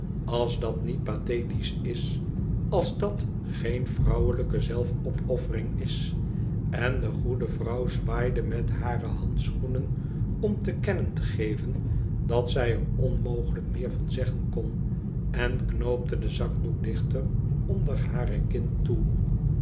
als dat niet pathetisch is als dat geen vrouwelijke zelfopoffering is en de goede vrouw zwaaide met hare handschoenen om te kennen te geven dat zij er onmogelijk méér van zeggen kon en knoopte den zakdoek dichter onder hare kin toe